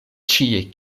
ĉie